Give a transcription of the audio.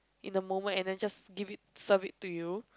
in the moment and then just give it serve it to you